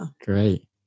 Great